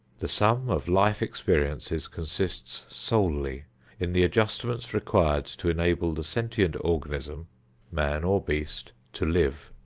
the sum of life experiences consists solely in the adjustments required to enable the sentient organism man or beast to live.